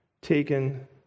taken